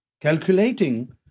calculating